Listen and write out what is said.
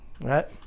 right